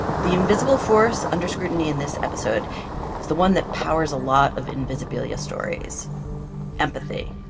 the invisible force under scrutiny in this episode is the one that powers a lot of invisibilia stories empathy.